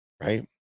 right